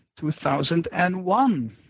2001